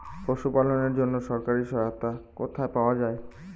পশু পালনের জন্য সরকারি সহায়তা কোথায় পাওয়া যায়?